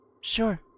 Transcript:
Sure